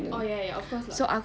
oh ya ya of course lah